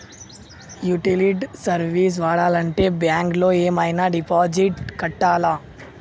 Utility service వాడాలంటే bank లో ఏమైనా డిపాజిట్ కట్టాలా?